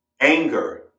anger